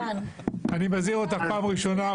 אני מזהיר אותך פעם ראשונה,